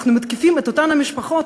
אנחנו מתקיפים את אותן משפחות.